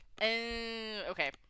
Okay